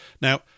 now